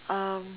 um